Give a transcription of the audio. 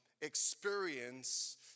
experience